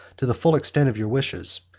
to the full extent of your wishes.